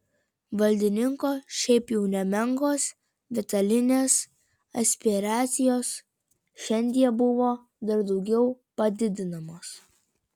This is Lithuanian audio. valdininko šiaip jau nemenkos vitalinės aspiracijos šiandie buvo dar daugiau padidinamos